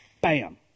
Bam